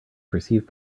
percieved